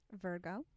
virgo